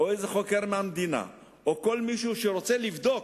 איזה חוקר מהמדינה או כל אחד שרוצה לבדוק,